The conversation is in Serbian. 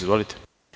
Izvolite.